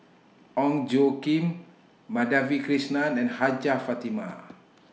Ong Tjoe Kim Madhavi Krishnan and Hajjah Fatimah